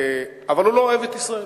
אבל הוא לא אוהב את ישראל,